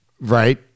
Right